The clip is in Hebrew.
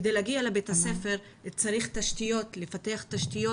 כדי להגיע לבית הספר צריך לפתח תשתיות